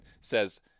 says